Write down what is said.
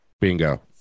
Bingo